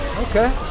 Okay